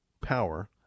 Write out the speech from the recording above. power